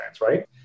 right